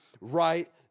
right